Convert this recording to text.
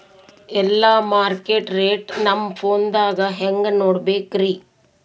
ಎಲ್ಲಾ ಮಾರ್ಕಿಟ ರೇಟ್ ನಮ್ ಫೋನದಾಗ ಹೆಂಗ ನೋಡಕೋಬೇಕ್ರಿ?